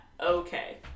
Okay